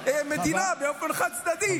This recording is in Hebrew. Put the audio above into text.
שנגיד שאנחנו נגד מדינה באופן חד-צדדי,